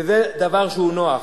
וזה דבר שהוא נוח.